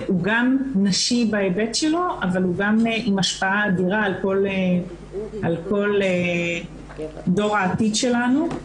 הוא גם נשי בהיבט שלו אבל הוא גם עם השפעה אדירה על כל דור העתיד שלנו.